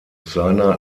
seiner